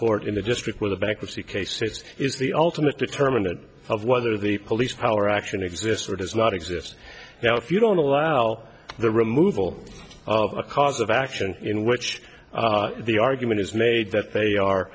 court in the district where the bankruptcy cases is the ultimate determinant of whether the police power action exists or does not exist now if you don't allow the removal of a cause of action in which the argument is made that they are